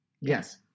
Yes